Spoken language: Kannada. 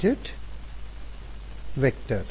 kx ky kz vector